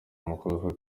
umukobwa